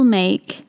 make